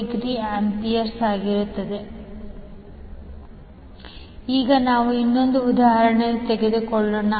4°A ಈಗ ನಾವು ಇನ್ನೊಂದು ಉದಾಹರಣೆಯನ್ನು ತೆಗೆದುಕೊಳ್ಳೋಣ